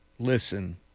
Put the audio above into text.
Listen